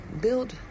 build